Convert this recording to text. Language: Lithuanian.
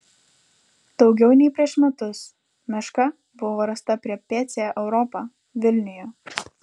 daugiau nei prieš metus meška buvo rasta prie pc europa vilniuje